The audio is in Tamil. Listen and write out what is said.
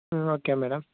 ம் ஓகே மேடம்